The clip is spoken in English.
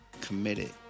committed